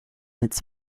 its